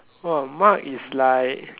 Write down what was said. !wah! Mark is like